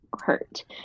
hurt